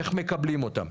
איך מקבלים אותם.